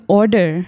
order